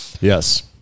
Yes